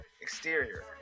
Exterior